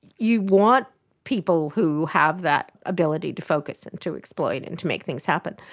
you want people who have that ability to focus and to exploit and to make things happen.